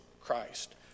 Christ